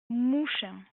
mouchin